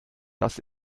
das